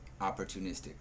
opportunistic